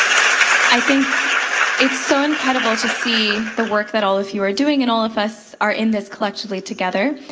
i think it's so incredible to see the work that all of you are doing and all of us are in this collectively together.